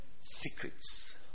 secrets